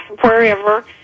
wherever